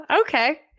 okay